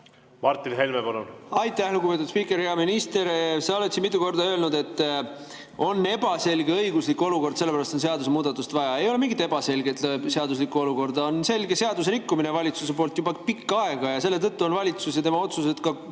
Martin Helme, palun! Aitäh, lugupeetud spiiker! Hea minister! Sa oled siin mitu korda öelnud, et on ebaselge õiguslik olukord ja selle pärast on seadusmuudatust vaja. Ei ole mingit ebaselget [õiguslikku] olukorda, vaid on selge seadusrikkumine valitsuse poolt juba pikka aega. Selle tõttu on valitsus ja tema otsused